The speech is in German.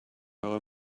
euro